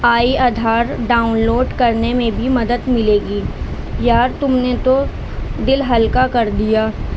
آئی Aadhaar download کرنے میں بھی مدد ملے گی یار تم نے تو دل ہلکا کر دیا